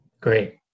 Great